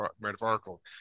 metaphorical